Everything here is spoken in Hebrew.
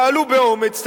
תעלו באומץ,